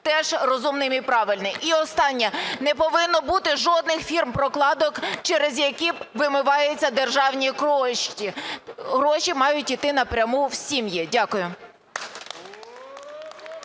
теж розумним і правильним. І останнє. Не повинно бути жодних фірм-прокладок, через які вимиваються державні кошти. Гроші мають йти напряму в сім'ї. Дякую.